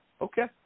Okay